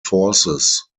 forces